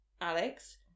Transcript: Alex